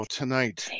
tonight